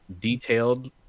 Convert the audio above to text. detailed